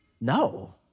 No